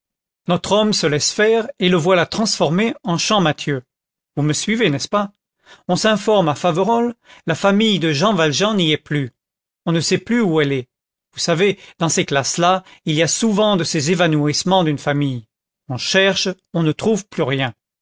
notre homme se laisse faire et le voilà transformé en champmathieu vous me suivez n'est-ce pas on s'informe à faverolles la famille de jean valjean n'y est plus on ne sait plus où elle est vous savez dans ces classes là il y a souvent de ces évanouissements d'une famille on cherche on ne trouve plus rien